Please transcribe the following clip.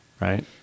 right